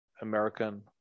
American